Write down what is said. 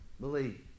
believe